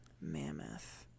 Mammoth